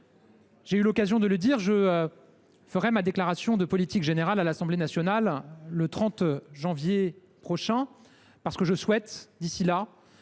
J’ai eu l’occasion de le dire, je ferai ma déclaration de politique générale à l’Assemblée nationale le 30 janvier prochain, parce que je souhaite, d’ici là,